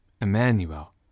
Emmanuel